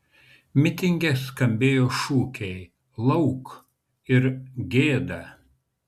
mitinge skambėjo šūkiai lauk ir gėda